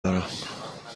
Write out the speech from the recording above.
دارم